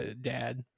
dad